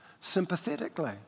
Sympathetically